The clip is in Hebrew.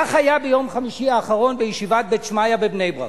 כך היה ביום חמישי האחרון בישיבת "בית שמעיה" בבני-ברק.